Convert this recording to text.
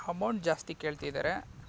amount ಜಾಸ್ತಿ ಕೇಳ್ತಿದ್ದಾರೆ